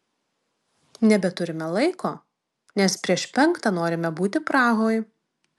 nebeturime laiko nes prieš penktą norime būti prahoj